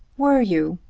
were you?